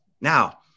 Now